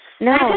no